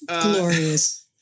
glorious